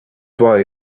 why